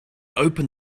opened